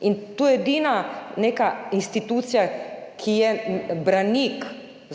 in je to edina institucija, ki je branik